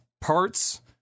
parts